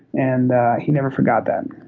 and he never forgot that.